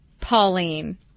Pauline